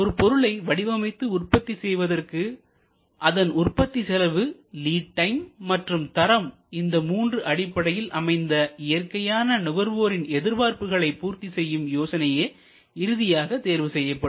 ஒரு பொருளை வடிவமைத்து உற்பத்தி செய்வதற்கு அதன் உற்பத்தி செலவு லிட் டைம் மற்றும் தரம் இந்த மூன்று அடிப்படையில் அமைந்த இயற்கையான நுகர்வோரின் எதிர்பார்ப்புகளை பூர்த்தி செய்யும் யோசனையே இறுதியாக தேர்வு செய்யப்படும்